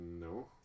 No